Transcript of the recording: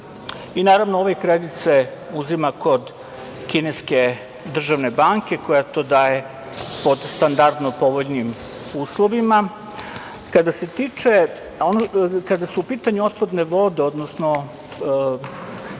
Naravno, ovaj kredit se uzima kod kineske državne banke, koja to daje pod standardno povoljnim uslovima. Kada su u pitanju otpadne vode, odnosno